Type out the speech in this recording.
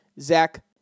Zach